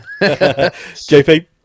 jp